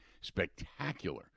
spectacular